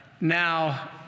Now